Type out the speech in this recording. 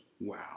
wow